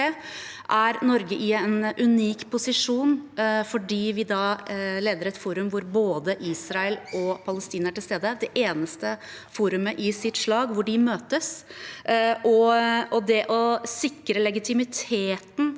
er Norge i en unik posisjon fordi vi da leder et forum hvor både Israel og Palestina er til stede, det eneste forumet i sitt slag hvor de møtes. Det å sikre legitimiteten